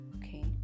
Okay